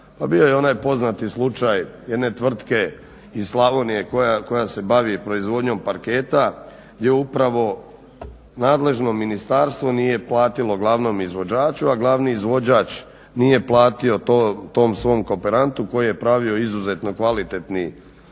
bio je onaj poznati slučaj jedne tvrtke iz Slavonije koja se bavi proizvodnjom parketa gdje upravo nadležno ministarstvo nije platilo glavnom izvođaču, a glavni izvođač nije platio tom svom kooperantu koji je pravio izuzetno kvalitetni parket